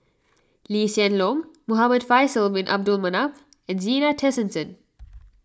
Lee Hsien Loong Muhamad Faisal Bin Abdul Manap and Zena Tessensohn